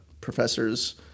professors